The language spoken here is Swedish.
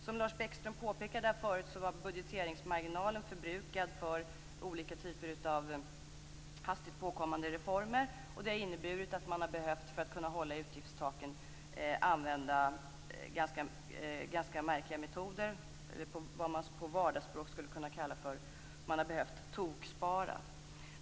Som Lars Bäckström påpekade här förut är budgeteringsmarginalen förbrukad för olika typer av hastigt påkomna reformer. Det har inneburit att man för att kunna behålla utgiftstaken har behövt använda ganska märkliga metoder, vad man på vardagsspråk skulle kunna kalla för att man har behövt tokspara.